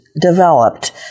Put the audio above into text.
developed